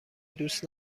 دوست